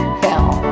hell